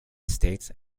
estates